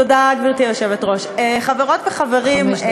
גברתי היושבת-ראש, תודה, חברות וחברים, חמש דקות.